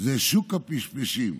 הוא שוק הפשפשים.